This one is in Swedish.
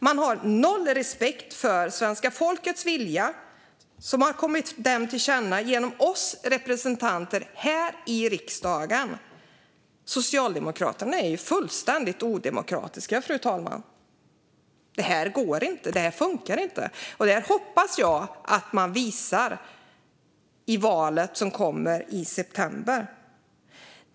Man har noll respekt för svenska folkets vilja, som vi, dess företrädare i riksdagen, har tillkännagett för regeringen. Fru talman! Socialdemokraterna är fullständigt odemokratiska. Det här går inte, och det hoppas jag att folket visar i höstens val.